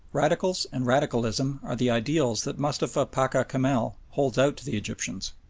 radicals and radicalism are the ideals that mustapha pacha kamel holds out to the egyptians.